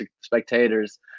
spectators